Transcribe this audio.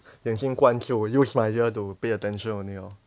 眼睛关住 use my ear to pay attention only lor